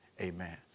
Amen